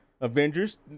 Avengers